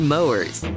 Mowers